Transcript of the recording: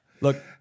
look